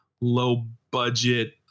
low-budget